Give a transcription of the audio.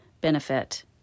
benefit